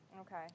Okay